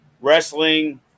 wrestling